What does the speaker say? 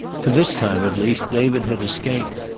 for this time, at least, david had escaped,